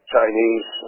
Chinese